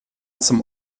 zum